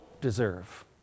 deserve